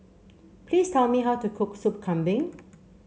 please tell me how to cook Sup Kambing